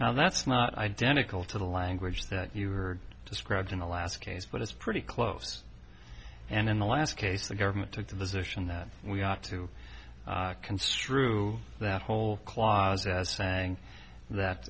now that's not identical to the language that you were described in the last case but it's pretty close and in the last case the government took the position that we ought to construe that whole clause as saying that